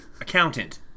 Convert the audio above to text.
Accountant